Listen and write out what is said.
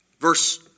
Verse